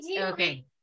Okay